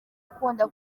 ukunda